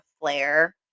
flare